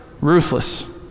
ruthless